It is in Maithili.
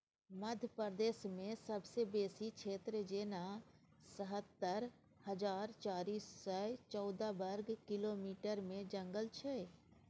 मध्य प्रदेशमे सबसँ बेसी क्षेत्र जेना सतहत्तर हजार चारि सय चौदह बर्ग किलोमीटरमे जंगल छै